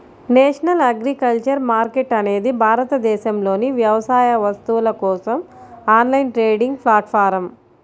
national agriculture market అనేది భారతదేశంలోని వ్యవసాయ వస్తువుల కోసం ఆన్లైన్ ట్రేడింగ్ ప్లాట్ఫారమ్